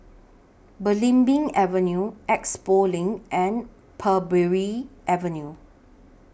Belimbing Avenue Expo LINK and Parbury Avenue